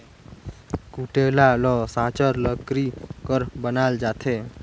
कुटेला ल साचर लकरी कर बनाल जाथे